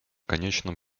конечном